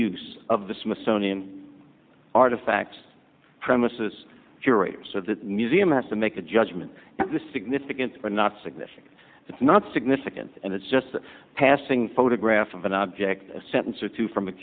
use of the smithsonian artifacts premises curators of the museum has to make a judgment of the significance but not significant it's not significant and it's just passing photograph of an object a sentence or two from a